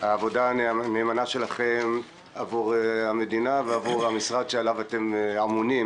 והעבודה הנאמנה שלכם עבור המדינה ועבור המשרד שעליו אתם אמונים.